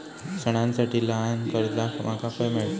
सणांसाठी ल्हान कर्जा माका खय मेळतली?